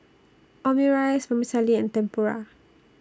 Omurice Vermicelli and Tempura